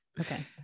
Okay